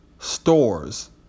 stores